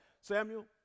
Samuel